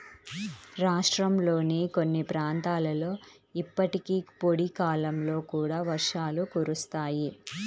రాష్ట్రంలోని కొన్ని ప్రాంతాలలో ఇప్పటికీ పొడి కాలంలో కూడా వర్షాలు కురుస్తాయి